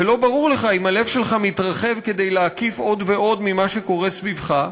ולא ברור לך אם הלב שלך מתרחב כדי להקיף עוד ועוד ממה שקורה סביבך,